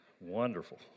Wonderful